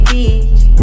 Beach